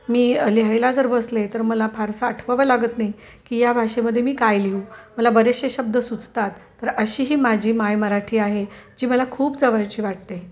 मी लिहायला जर बसले तर मला फार आठवावं लागत नाही की या भाषेमध्ये मी काय लिहू मला बरेचसे शब्द सुचतात तर अशी ही माझी माय मराठी आहे जी मला खूप जवळची वाटते